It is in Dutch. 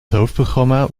hoofdprogramma